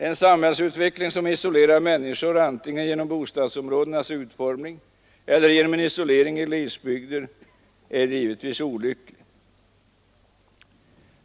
En samhällsutveckling som gör människor kontaktlösa antingen genom bostadsområdenas utformning eller genom isolering i glesbygder är givetvis olycklig.